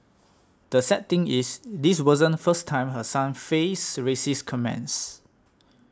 the sad thing is this wasn't first time her son faced racist comments